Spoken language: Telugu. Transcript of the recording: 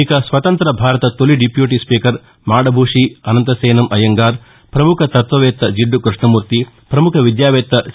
ఇక స్వతంత్ర భారత తొలి deputy speaker Madabhushi Ananthasayanam Ayyangar ప్రముఖ తత్వవేత్త జిడ్టు క్బష్ణమూర్తి పముఖ విద్యావేత్త సి